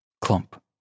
clump